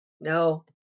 No